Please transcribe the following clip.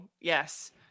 yes